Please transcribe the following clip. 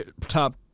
top